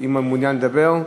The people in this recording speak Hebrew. אם מעוניין לדבר,